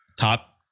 top